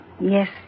Yes